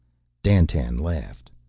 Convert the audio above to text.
dandtan laughed.